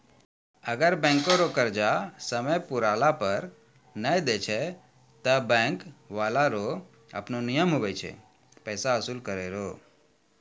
अगर बैंको रो कर्जा समय पुराला पर नै देय छै ते बैंक बाला रो आपनो नियम हुवै छै पैसा बसूल करै रो